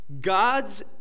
God's